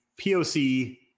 POC